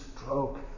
stroke